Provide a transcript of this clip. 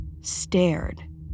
stared